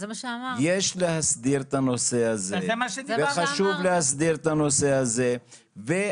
יש להסדיר את הנושא הזה וחשוב להסדיר את הנושא הזה.